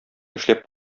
эшләп